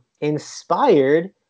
inspired